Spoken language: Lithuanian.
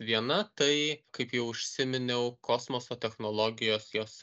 viena tai kaip jau užsiminiau kosmoso technologijos jos